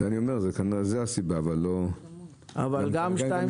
גם באשכולות 2,